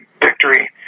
victory